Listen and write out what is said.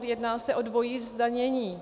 Jedná se o dvojí zdanění.